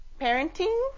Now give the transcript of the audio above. parenting